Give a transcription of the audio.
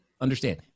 Understand